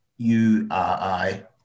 U-R-I